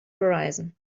horizon